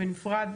בנפרד,